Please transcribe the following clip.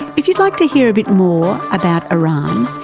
if you'd like to hear a bit more about iran,